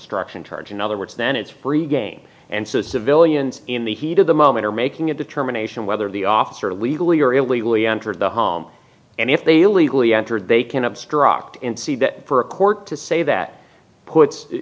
obstruction charge in other words then it's free game and so civilians in the heat of the moment are making a determination whether the officer legally or illegally entered the home and if they illegally entered they can obstruct and see that for a court to say that puts